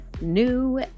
new